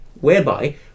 Whereby